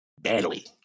badly